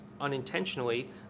unintentionally